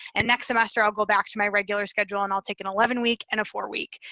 and next semester i'll go back to my regular schedule and i'll take an eleven week and a four week.